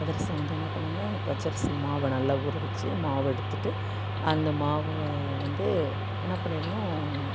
அதிரசம் வந்து என்ன பண்ணுவாங்க பச்சரிசி மாவை நல்லா ஊற வச்சு மாவை எடுத்துட்டு அந்த மாவை வந்து என்ன பண்ணிடுணும்